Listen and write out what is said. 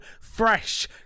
fresh